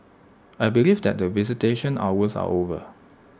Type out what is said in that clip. I believe that the visitation hours are over